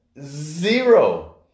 Zero